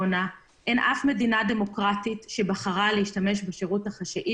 יהיו שבועת עד לבחינת ההצעות ובחירות ההצעה